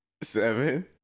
seven